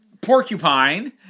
Porcupine